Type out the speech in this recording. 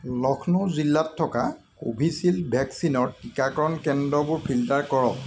লক্ষ্ণৌ জিলাত থকা কোভিচিল্ড ভেকচিনৰ টীকাকৰণ কেন্দ্ৰবোৰ ফিল্টাৰ কৰক